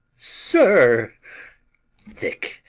sir thick,